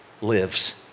lives